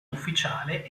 ufficiale